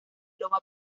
loma